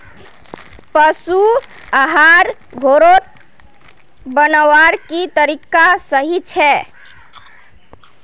पशु आहार घोरोत बनवार की तरीका सही छे?